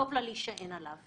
שטוב להישען עליו.